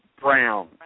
Brown